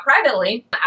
privately